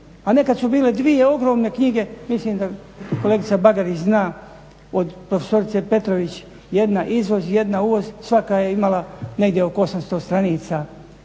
a nekad su bile dvije ogromne knjige. Mislim da kolegica Bagarić zna od profesorice Petrović jedna izvoz, jedna uvoz, svaka je imala negdje oko 800 stranica,